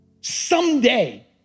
Someday